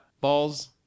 balls